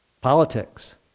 Politics